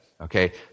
Okay